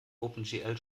opengl